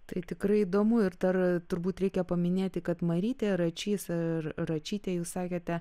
tai tikrai įdomu ir dar turbūt reikia paminėti kad marytė račys ir račytė jūs sakėte